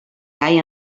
gai